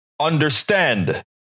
understand